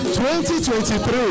2023